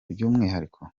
by’umwihariko